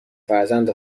فرزند